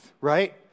right